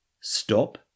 stop